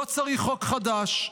לא צריך חוק חדש,